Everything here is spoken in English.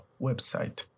website